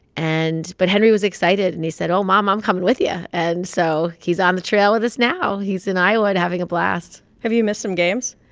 and but henry was excited. and he said, oh, mom, i'm coming with you. yeah and so he's on the trail with us now. he's in iowa and having a blast have you missed some games?